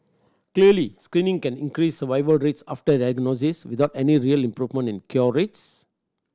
clearly screening can increase survival rates after diagnosis without any real improvement in cure rates